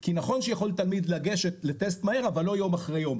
כי נכון שיכול תלמיד לגשת לטסט מהר אבל לא יום אחרי יום,